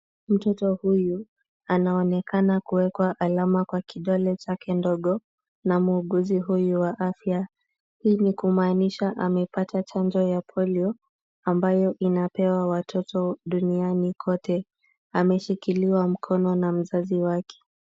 Mtoto huyu anaonekana kuwekwa alama kwa kidole chake ndogo na muuguzi huyu wa afya. Hii ni kumaanisha amepata chanjo ya [c]Polio[c] ambayo inapewa watoto duniani kote. Ameshikiliwa mkono na mzazi wake.